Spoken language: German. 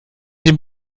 dem